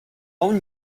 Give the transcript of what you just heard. own